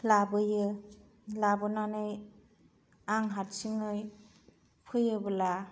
लाबोयो लाबोनानै आं हारसिङै फैयोब्ला